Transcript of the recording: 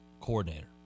coordinator